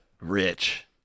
rich